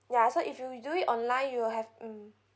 ya so if you do it online you will have mm